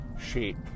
shape